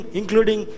including